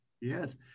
yes